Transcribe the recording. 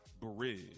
Bridge